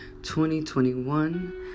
2021